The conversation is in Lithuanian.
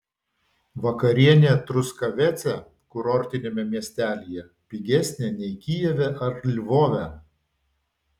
vakarienė truskavece kurortiniame miestelyje pigesnė nei kijeve ar lvove